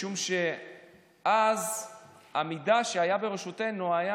משום שאז המידע שהיה ברשותנו היה